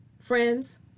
friends